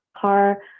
car